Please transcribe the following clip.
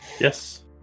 Yes